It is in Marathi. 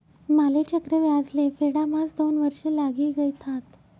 माले चक्रव्याज ले फेडाम्हास दोन वर्ष लागी गयथात